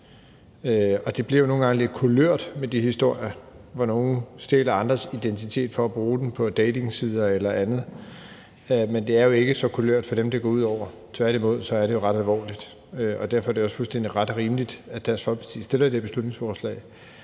Det bliver nogle gange lidt kulørt med de historier, hvor nogle stjæler andres identitet for at bruge den på datingsider eller andet, men det er jo ikke så kulørt for dem, det går ud over, tværtimod er det ret alvorligt. Derfor er det også fuldstændig ret og rimeligt, at Dansk Folkeparti har fremsat det her beslutningsforslag.